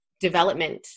development